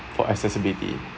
for accessibility